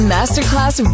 Masterclass